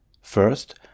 First